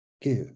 give